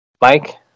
Mike